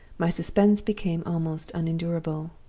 my suspense became almost unendurable.